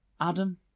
Adam